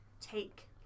take